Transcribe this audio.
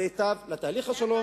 זה ייטיב עם תהליך השלום.